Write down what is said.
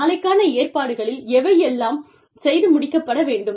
நாளைக்கான ஏற்பாடுகளில் எவையெல்லாம் செய்து முடிக்கப்பட வேண்டும்